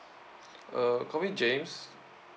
err call me james